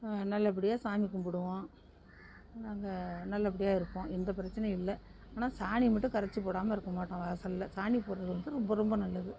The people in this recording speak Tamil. நல்லபடியாக சாமி கும்பிடுவோம் நாங்கள் நல்லபடியாக இருப்போம் எந்த பிரச்சினையும் இல்லை ஆனால் சாணி மட்டும் கரைத்து போடாமல் இருக்க மாட்டோம் வாசலில் சாணி போடுறது வந்து ரொம்ப ரொம்ப நல்லது